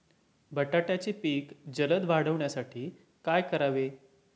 बटाट्याचे पीक जलद वाढवण्यासाठी काय करावे?